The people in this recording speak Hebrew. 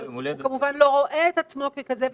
אבל הוא כמובן לא רואה את עצמו ככזה,